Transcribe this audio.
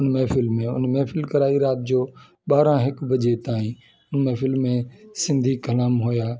उन महफ़िल में उन महफ़िल कराई रात जो ॿारहं हिकु बजे ताईं उन महफिल में सिंधी कलाम हुआ